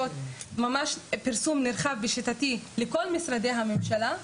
ממש פרסום נרחב ושיטתי לכל משרדי הממשלה,